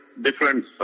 different